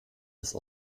des